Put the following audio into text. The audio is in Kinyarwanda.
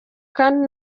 kandi